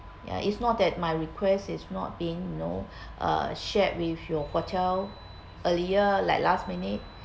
ya it's not that my request is not being know uh shared with your hotel earlier like last minute